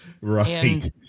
Right